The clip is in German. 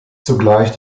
zugleich